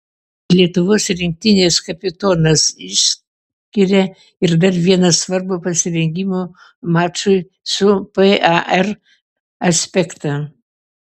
lietuvos rinktinės kapitonas išskiria ir dar vieną svarbų pasirengimo mačui su par aspektą